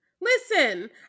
listen